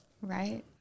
Right